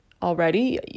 already